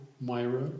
Myra